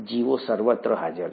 જીવો સર્વત્ર હાજર છે